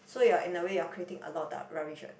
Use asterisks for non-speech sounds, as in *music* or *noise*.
so you are in a way you are creating a lot of *noise* rubbish what